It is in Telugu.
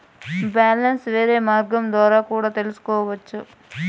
బ్యాలెన్స్ వేరే మార్గం ద్వారా కూడా తెలుసుకొనొచ్చా?